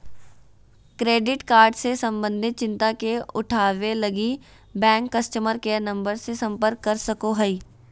credit card से संबंधित चिंता के उठावैय लगी, बैंक कस्टमर केयर नम्बर से संपर्क कर सको हइ